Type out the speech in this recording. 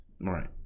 Right